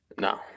No